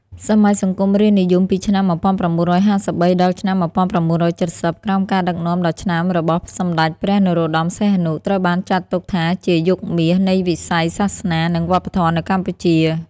សម័យសង្គមរាស្ត្រនិយម ពី ឆ្នាំ១៩៥៣ ដល់ឆ្នាំ ១៩៧០ ក្រោមការដឹកនាំដ៏ឆ្នើមរបស់ សម្ដេចព្រះនរោត្តម សីហនុ ត្រូវបានចាត់ទុកថាជា យុគមាស នៃវិស័យសាសនា និងវប្បធម៌នៅកម្ពុជា។